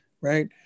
right